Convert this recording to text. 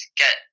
get